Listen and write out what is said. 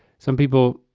some people,